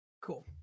Cool